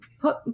put